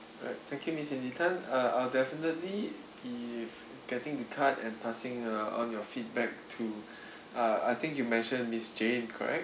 alright thank you miss cindy tan uh I'll definitely be getting the card and passing uh on your feedback to uh I think you mentioned miss jane correct